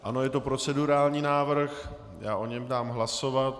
Ano, je to procedurální návrh, já o něm dám hlasovat.